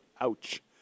Ouch